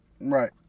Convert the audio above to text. Right